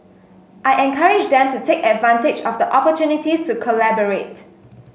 I encourage them to take advantage of the opportunities to collaborate